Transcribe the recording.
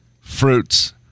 Fruits